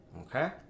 Okay